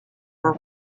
were